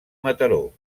mataró